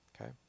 okay